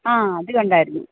ആ അത് കണ്ടായിരുന്നു